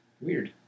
Weird